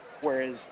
Whereas